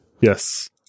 Yes